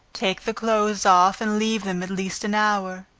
take the clothes off, and leave them at least an hour.